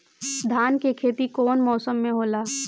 धान के खेती कवन मौसम में होला?